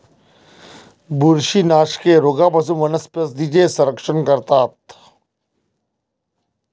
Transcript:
बुरशीनाशके रोगांपासून वनस्पतींचे संरक्षण करतात